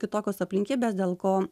kitokios aplinkybės dėl ko